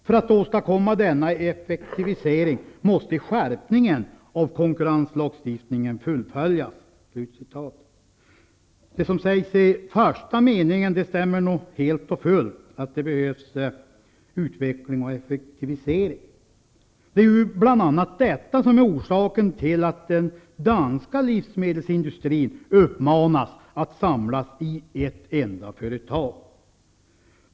För att åstadkomma denna effektivisering måste skärpningen av konkurrenslagstiftningen fullföljas.'' Det som sägs i den första meningen stämmer nog helt och fullt, dvs. att det behövs ''en utveckling och effektivisering''. Det är ju bl.a. detta som är orsaken till att den danska livsmedelsindustrin uppmanas samla sina företag i ett enda företag.